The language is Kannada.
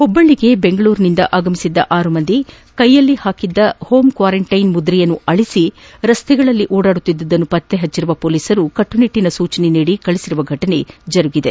ಹುಬ್ವಳ್ಳಿಗೆ ಬೆಂಗಳೂರಿನಿಂದ ಆಗಮಿಸಿದ್ದ ಆರು ಜನ ಕೈಯಲ್ಲಿ ಹಾಕಿದ್ದ ಹೋಂ ಕ್ವಾರಂಟೈನ್ ಮುದ್ರೆ ಅಳಿಸಿ ರಸ್ತೆಗಳಲ್ಲಿ ತಿರುಗುತ್ತಿದ್ದುದನ್ನು ಪಕ್ತೆ ಪಚ್ಚಿರುವ ಮೊಲೀಸರು ಕಟ್ಟುನಿಟ್ಟಿನ ಸೂಚನೆ ನೀಡಿ ಕಳಹಿಸಿದ ಘಟನೆ ಜರುಗಿದೆ